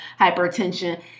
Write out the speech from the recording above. hypertension